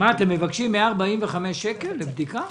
אתם מבקשים 145 שקלים לבדיקה?